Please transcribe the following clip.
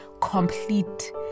complete